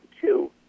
two